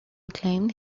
claimed